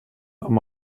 amb